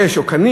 אש או קנים,